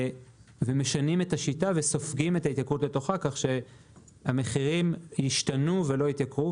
משנים את השיטה כך שהמחירים ישתנו אבל לא יתייקרו.